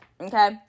Okay